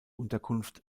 unterkunft